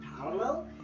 parallel